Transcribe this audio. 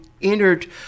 Entered